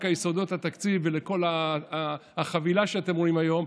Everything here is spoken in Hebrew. יסודות התקציב ולכל החבילה שאתם רואים היום,